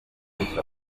bishya